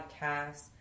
Podcasts